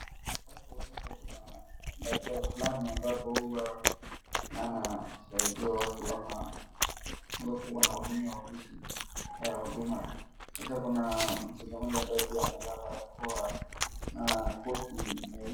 Hapo sasa kuna daktari fulani ambapo huwa ana saidia watu ama ambapoanahudumia ofisi za huduma sasa kuna mteja mmoja amevaa ambaye barakoa na koti nyeupe.